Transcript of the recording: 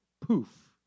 poof